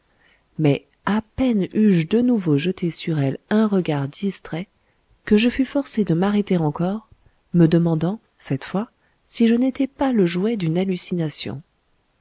mais à peine eus-je de nouveau jeté sur elle un regard distrait que je fus forcé de m'arrêter encore me demandant cette fois si je n'étais pas le jouet d'une hallucination